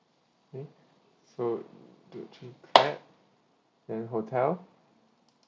okay so one two three clap then hotel